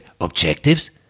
Objectives